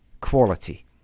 quality